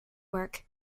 work